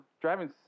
driving